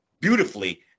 beautifully